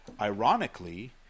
ironically